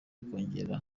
kongera